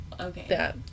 Okay